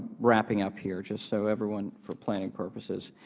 wrapping up here, just so everyone for planning purposes,